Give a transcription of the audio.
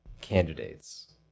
candidates